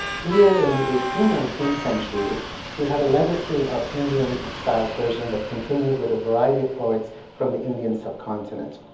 here in the eighteenth nineteenth centuries we have a legacy of indian style persian that continues with a variety of poets from the indian subcontinent.